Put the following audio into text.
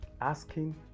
asking